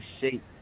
shape